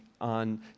on